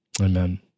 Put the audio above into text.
Amen